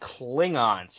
Klingons